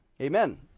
amen